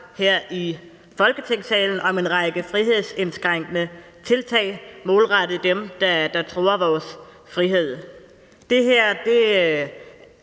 her i Folketingssalen om en række frihedsindskrænkende tiltag målrettet dem, der truer vores frihed. Det her